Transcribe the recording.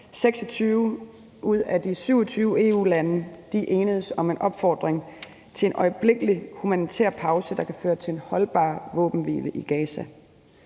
26 ud af de 27 EU-lande enedes om en opfordring til en øjeblikkelig humanitær pause, der kan føre til en holdbar våbenhvile i Gaza.